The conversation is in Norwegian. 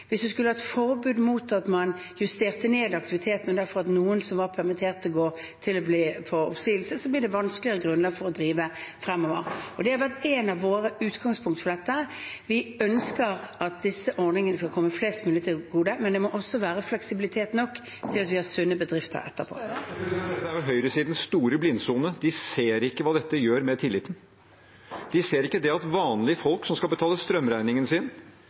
Hvis vi skulle ha et forbud mot at man justerte ned aktiviteten og derfor at noen som var permittert, går til å få oppsigelse, blir det et vanskeligere grunnlag for å drive fremover. Det har vært ett av våre utgangspunkt for dette. Vi ønsker at disse ordningene skal komme flest mulig til gode, men det må også være fleksibilitet nok til at vi har sunne bedrifter etterpå. Dette er jo høyresidens store blindsone. De ser ikke hva dette gjør med tilliten. De ser ikke det at vanlige folk som skal betale strømregningen sin,